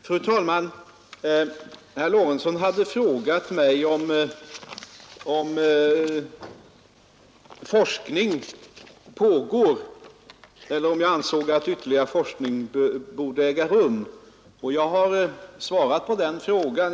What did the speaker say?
Fru talman! Herr Lorentzon hade frågat mig om jag ansåg att ytterligare forskning borde äga rum, och jag har svarat på den frågan.